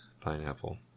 pineapple